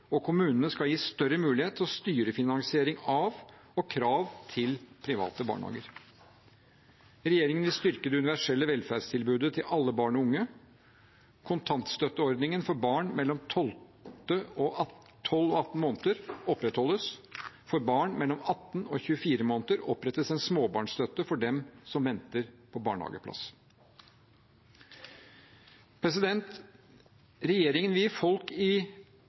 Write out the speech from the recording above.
og kommunene skal gis større mulighet til å styre finansering av og krav til private barnehager. Regjeringen vil styrke det universelle velferdstilbudet til alle barn og unge. Kontantstøtteordningen for barn mellom 12 og 18 måneder opprettholdes. For barn mellom 18 og 24 måneder opprettes en småbarnsstøtte for dem som venter på barnehageplass. Regjeringen vil gi folk i